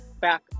back